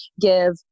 give